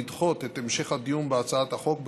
לדחות את המשך הדיון בהצעת החוק בחודשיים.